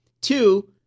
Two